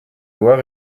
lois